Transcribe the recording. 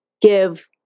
give